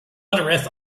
uttereth